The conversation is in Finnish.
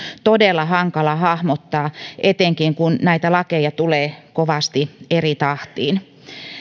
todella hankala hahmottaa etenkin kun näitä lakeja tulee kovasti eri tahtiin